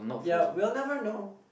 ya we'll never know